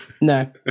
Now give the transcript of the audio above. No